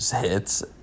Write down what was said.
hits